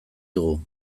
dugu